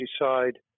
decide